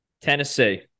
Tennessee